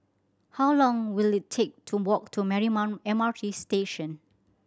how long will it take to walk to Marymount M R T Station